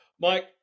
Mike